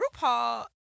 RuPaul